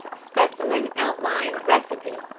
specimen outline recipe.